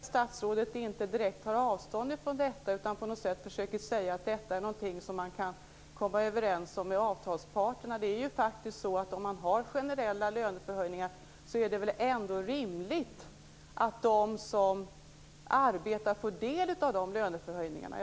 Fru talman! Jag är förvånad över att statsrådet inte direkt tar avstånd från detta, utan försöker säga att detta är något som man kan komma överens om med avtalsparterna. Om man har generella löneförhöjningar är det väl ändå rimligt att de som arbetar får del av de löneförhöjningarna.